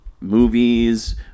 movies